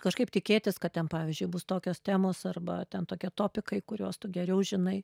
kažkaip tikėtis kad ten pavyzdžiui bus tokios temos arba ten tokie topikai kuriuos tu geriau žinai